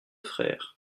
frères